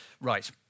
Right